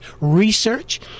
research